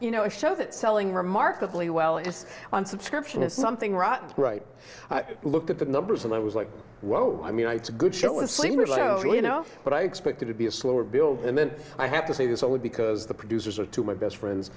you know a show that selling remarkably well it's on subscription is something rotten right look at the numbers and i was like whoa i mean it's a good show in semur so you know what i expected to be a slower build and then i have to say this only because the producers are to my best friends